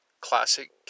classic